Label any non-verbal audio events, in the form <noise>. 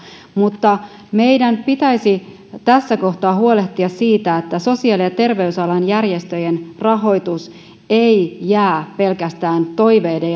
mutta meidän pitäisi tässä kohtaa huolehtia siitä että sosiaali ja terveysalan järjestöjen rahoitus ei jää pelkästään toiveiden <unintelligible>